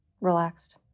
relaxed